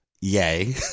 Yay